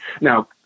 Now